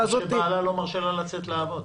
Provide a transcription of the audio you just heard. -- או שבעלה לא מרשה לה לצאת לעבוד.